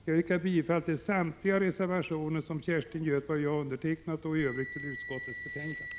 Jag yrkar bifall till samtliga reservationer som Kerstin Göthberg och jag undertecknat och i övrigt till utskottets hemställan.